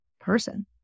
person